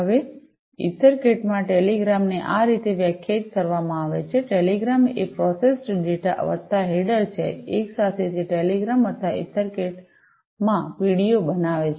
હવે ઇથરકેટમાં આ ટેલિગ્રામને આ રીતે વ્યાખ્યાયિત કરવામાં આવે છે ટેલિગ્રામ એ પ્રોસેસ્ડ ડેટા વત્તા હેડર છે એકસાથે તે ટેલિગ્રામ અથવા ઇથરકેટમાં પીડીઓ બનાવે છે